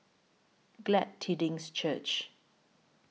Glad Tidings Church